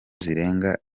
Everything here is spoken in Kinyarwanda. zirenga